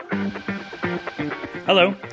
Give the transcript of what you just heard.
Hello